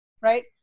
right